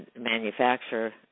manufacturer